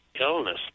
illness